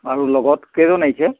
আৰু লগত কেইজন আহিছে